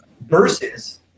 versus